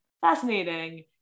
Fascinating